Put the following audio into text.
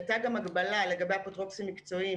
הייתה גם הגבלה לגבי אפוטרופוסים מקצועיים,